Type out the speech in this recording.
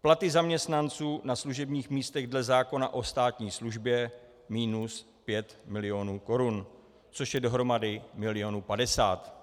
platy zaměstnanců na služebních místech dle zákona o státní službě minus 5 mil. korun, což je dohromady milionů 50.